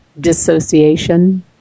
dissociation